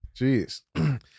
Jeez